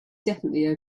definitely